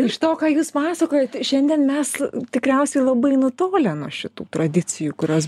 iš to ką jūs pasakojote šiandien mes tikriausiai labai nutolę nuo šitų tradicijų kurias